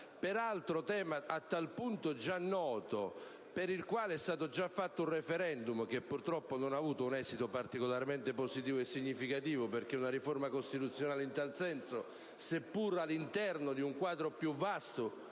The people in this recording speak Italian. (peraltro a tal punto già noto da essere stato oggetto di un *referendum*, che purtroppo non ha avuto un esito particolarmente positivo e significativo, perché una riforma costituzionale in tal senso, seppur all'interno di un quadro più vasto,